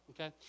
Okay